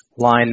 Line